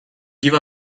give